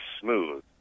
smooth